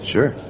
Sure